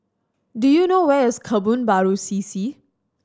do you know where is Kebun Baru C C